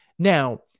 Now